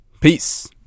peace